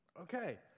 Okay